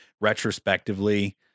retrospectively